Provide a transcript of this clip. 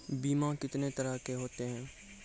बीमा कितने तरह के होते हैं?